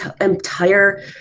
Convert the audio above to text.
entire